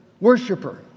worshiper